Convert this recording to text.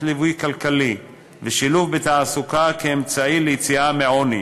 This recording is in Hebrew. ליווי כלכלי ושילוב בתעסוקה כאמצעי ליציאה מעוני